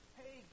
hey